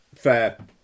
Fair